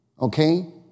okay